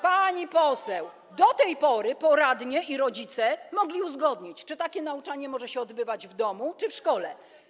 Pani poseł, do tej pory poradnie i rodzice mogli uzgodnić, czy takie nauczanie może się odbywać w domu, czy w szkole.